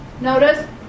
notice